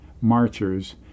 marchers